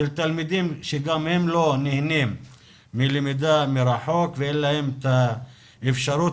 של תלמידים שגם הם לא נהנים מלמידה מרחוק ואין להם את האפשרות,